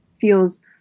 feels